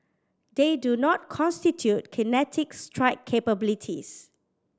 they do not constitute kinetic strike capabilities